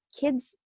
kids